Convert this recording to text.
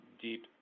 deep